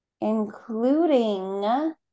including